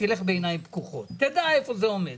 תלך בעיניים פקוחות ותדע היכן זה עומד.